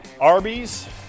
Arby's